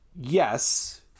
Yes